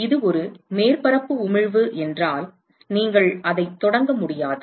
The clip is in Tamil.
இது ஒரு மேற்பரப்பு உமிழ்வு என்றால் நீங்கள் அதை தொடங்க முடியாது